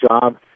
job